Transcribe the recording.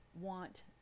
want